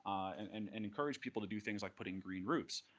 and and and encourage people to do things like putting green roofs.